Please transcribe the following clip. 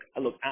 look